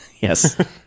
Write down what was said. Yes